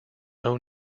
own